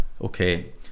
okay